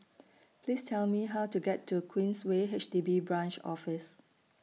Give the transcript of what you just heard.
Please Tell Me How to get to Queensway H D B Branch Office